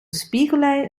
spiegelei